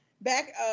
back